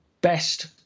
best